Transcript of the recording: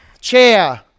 Chair